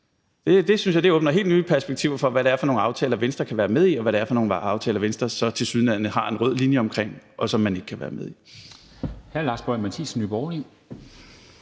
Det synes jeg åbner for helt nye perspektiver for, hvad det er for nogle aftaler, Venstre kan være med i, og hvad det er for nogle aftaler, Venstre så tilsyneladende har tegnet en rød cirkel om, og som man ikke kan være med i.